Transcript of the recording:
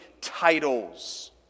titles